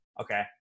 Okay